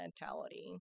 mentality